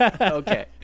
Okay